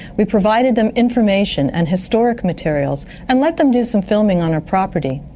we provided them information and historic materials and let them do some filming on our property.